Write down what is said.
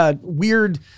weird